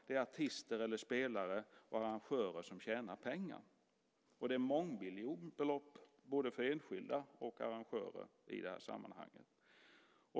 Det är artister eller spelare och arrangörer som tjänar pengar, och det är mångmiljonbelopp både för enskilda och arrangörer i det här sammanhanget.